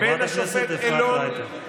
חברת הכנסת אפרת רייטן.